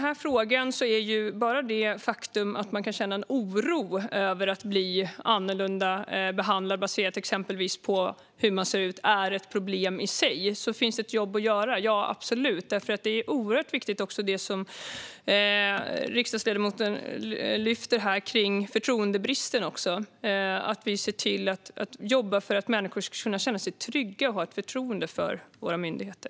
Bara det faktum att man kan känna en oro över att bli annorlunda behandlad baserat på exempelvis hur man ser ut är ett problem i sig. Finns det ett jobb att göra? Ja, absolut! Det som ledamoten tar upp om förtroendebristen är också oerhört viktigt. Vi måste jobba för att människor ska kunna känna sig trygga och ha ett förtroende för våra myndigheter.